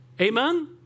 Amen